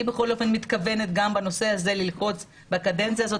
אני מתכוונת ללחוץ בנושא הזה גם בקדנציה הזאת